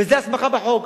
וזאת הסמכה בחוק.